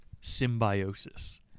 Symbiosis